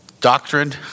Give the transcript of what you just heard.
doctrine